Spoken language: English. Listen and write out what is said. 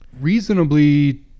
reasonably